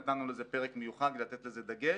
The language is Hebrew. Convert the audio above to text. נתנו לזה פרק מיוחד כדי לתת לזה דגש,